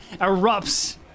erupts